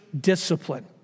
discipline